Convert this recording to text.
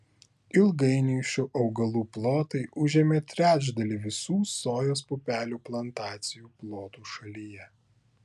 ilgainiui šių augalų plotai užėmė trečdalį visų sojos pupelių plantacijų plotų šalyje